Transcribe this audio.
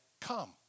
come